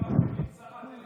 הוא יכול להשיב בקצרה.